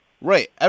Right